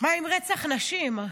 מה עם רצח נשים?